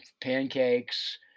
pancakes